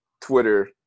twitter